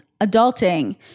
Adulting